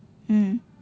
mm